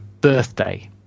birthday